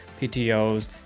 PTOs